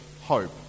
hope